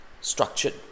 structured